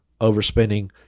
overspending